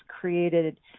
created